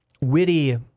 witty